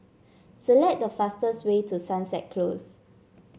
select the fastest way to Sunset Close